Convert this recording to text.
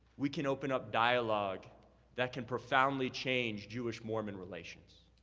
we can open up dialogue that can profoundly change jewish, mormon relations.